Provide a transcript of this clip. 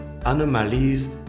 anomalies